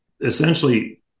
essentially